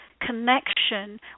connection